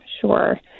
Sure